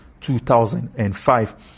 2005